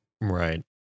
Right